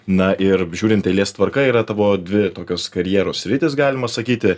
na ir žiūrint eilės tvarka yra tavo dvi tokios karjeros sritys galima sakyti